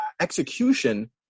execution